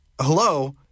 hello